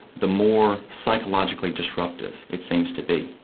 the more psychologically disruptive it seems to be.